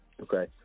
Okay